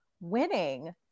winning